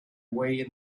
way